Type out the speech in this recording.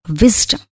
wisdom